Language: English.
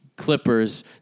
Clippers